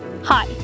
Hi